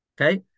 Okay